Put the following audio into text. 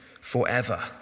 forever